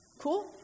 Cool